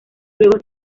luego